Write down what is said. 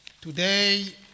Today